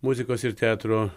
muzikos ir teatro